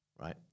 right